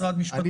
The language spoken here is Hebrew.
משרד המשפטים,